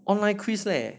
online quiz leh